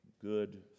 good